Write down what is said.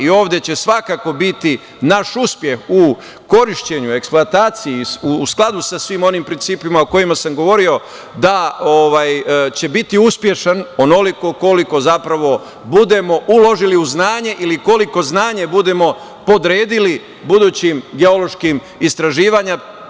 Ovde će svakako biti naš uspeh u korišćenju, eksploataciji u skladu sa svim onim principa o kojima sam govorio, da će biti uspešno onoliko koliko zapravo budemo uložili u znanje ili koliko znanje budemo podredili budućim geološkim istraživanjima.